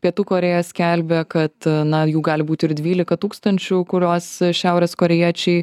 pietų korėja skelbia kad na jų gali būt ir dvylika tūkstančių kuriuos šiaurės korėjiečiai